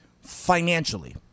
financially